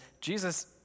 Jesus